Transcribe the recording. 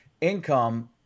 income